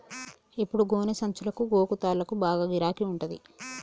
ఇప్పుడు గోనె సంచులకు, గోగు తాళ్లకు బాగా గిరాకి ఉంటంది